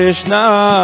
Krishna